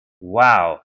wow